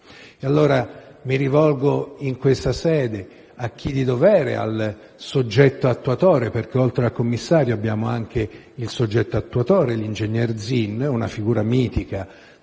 farlo. Mi rivolgo in questa sede a chi di dovere, quindi anche al soggetto attuatore (perché, oltre al commissario, abbiamo anche il soggetto attuatore, l'ingegner Zinno, una figura mitica